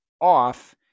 off